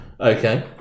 okay